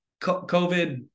COVID